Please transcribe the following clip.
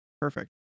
Perfect